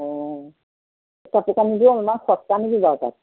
অ অলপমান সস্তা নেকি বাৰু তাত